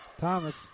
Thomas